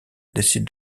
décide